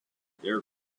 their